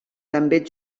també